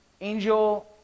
Angel